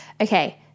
Okay